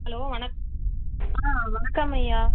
hello வணக் ஆ வணக்கம் ஐயா